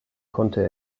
konnte